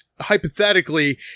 hypothetically